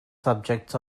subjects